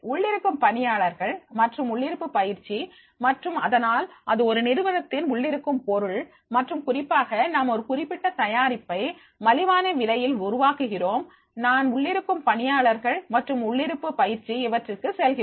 உள்ளிருக்கும் பணியாளர்கள் மற்றும் உள்ளிருப்பு பயிற்சி மற்றும் அதனால் அது ஒரு நிறுவனத்தின் உள்ளிருக்கும் பொருள் மற்றும் குறிப்பாக நாம் ஒரு குறிப்பிட்ட தயாரிப்பை மலிவான விலையில் உருவாக்குகிறோம் நான் உள்ளிருக்கும் பணியாளர்கள் மற்றும் உள்ளிருப்பு பயிற்சி இவற்றுக்கு செல்கிறோம்